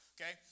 okay